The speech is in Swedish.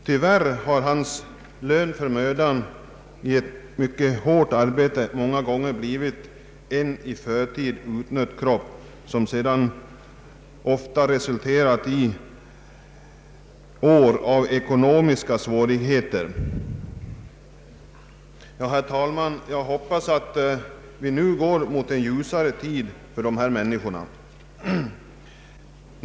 Tyvärr har skogsarbetarens lön för mödan i ett mycket hårt arbete många gånger bl.a. utgjorts av en i förtid utsliten kropp, vilket i sin tur ofta skapat år av ekonomiska svårigheter. Herr talman! Jag hoppas att vi nu går mot en ljusare tid för dessa människor.